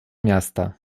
miasta